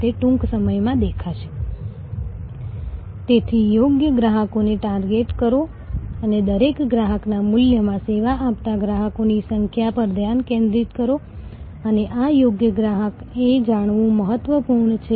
તેથી કિંમતના પ્રીમિયમમાંથી નફો સંદર્ભમાંથી નફો ઘટાડેલી ઑપરેટિંગ ખર્ચમાંથી નફો વધેલા વપરાશથી નફો આ બધું વર્ષ દર વર્ષ આધારિત નફાની ટોચ પર છે